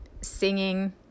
singing